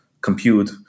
compute